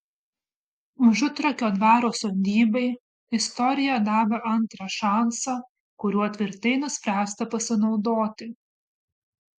užutrakio dvaro sodybai istorija davė antrą šansą kuriuo tvirtai nuspręsta pasinaudoti